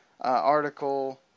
article